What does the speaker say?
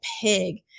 pig